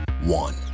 one